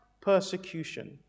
persecution